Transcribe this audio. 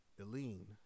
Eileen